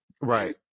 Right